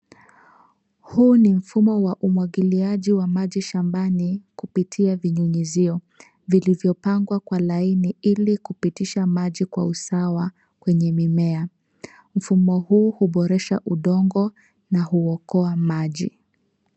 Huu ni mfumo wa umwagiliaji wa maji shambani kupitia vinyunyuzio vilivyopangwa kwa laini ili kupitisha maji kwa usawa kwenye mimea. Mfumo huu uboresha udongo na huokoa maji.